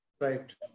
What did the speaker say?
right